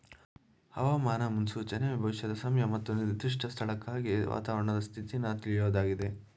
ಹವಾಮಾನ ಮುನ್ಸೂಚನೆ ಭವಿಷ್ಯದ ಸಮಯ ಮತ್ತು ನಿರ್ದಿಷ್ಟ ಸ್ಥಳಕ್ಕಾಗಿ ವಾತಾವರಣದ ಸ್ಥಿತಿನ ತಿಳ್ಯೋದಾಗಿದೆ